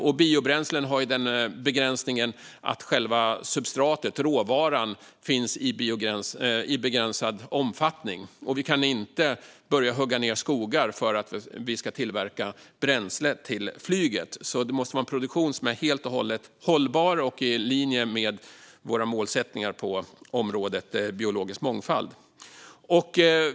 Och biobränslen har ju den begränsningen att själva substratet, råvaran, finns i begränsad omfattning. Vi kan inte börja hugga ned skogar för att tillverka bränsle till flyget, så det måste vara en produktion som är helt och hållet hållbar och i linje med våra målsättningar på området biologisk mångfald.